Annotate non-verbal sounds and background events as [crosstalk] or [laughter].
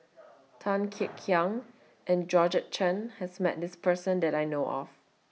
[noise] Tan Kek Hiang and Georgette Chen has Met This Person that I know of